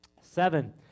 Seven